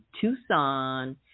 Tucson